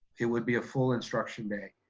it would be a full instruction day.